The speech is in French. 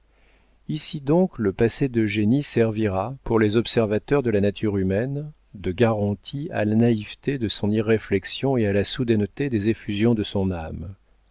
ici donc le passé d'eugénie servira pour les observateurs de la nature humaine de garantie à la naïveté de son irréflexion et à la soudaineté des effusions de son âme